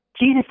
Jesus